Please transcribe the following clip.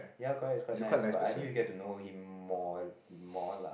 yea quite is quite nice but I think you get to know him more more lah